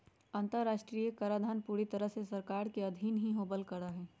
अन्तर्राष्ट्रीय कराधान पूरी तरह से सरकार के अधीन ही होवल करा हई